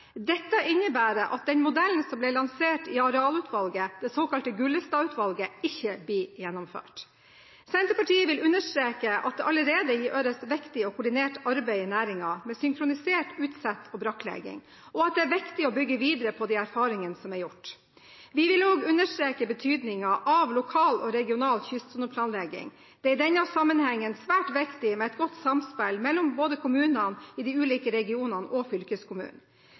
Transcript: Dette innebærer at den modellen som ble lansert i Arealutvalget, eller det såkalte Gullestad-utvalget, ikke blir gjennomført. Senterpartiet vil understreke at det allerede gjøres viktig og koordinert arbeid i næringen – med synkronisert utsett og brakklegging – og at det er viktig å bygge videre på de erfaringene som er gjort. Vi vil også understreke betydningen av lokal og regional kystsoneplanlegging. Det er i denne sammenhengen svært viktig med et godt samspill mellom kommunene i de ulike regionene og fylkeskommunen.